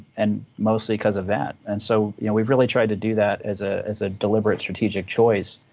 and mostly because of that. and so you know we've really tried to do that as ah as a deliberate strategic choice.